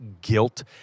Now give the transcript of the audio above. guilt